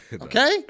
Okay